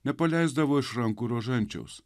nepaleisdavo iš rankų rožančiaus